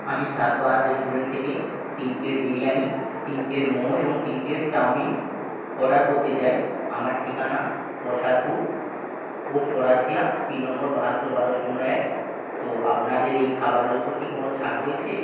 আমি স্বাদবাহার রেস্টুরেন্ট থেকে তিন প্লেট বিরিয়ানি তিন প্লেট মোমো এবং তিন প্লেট চাওমিন অর্ডার করতে চাই আমার ঠিকানা Prasadpur post Karasia pin number বাহাত্তর বারো শূন্য এক তো আপনাদের এই খাবারের ওপর কি কোনো ছাড় রয়েছে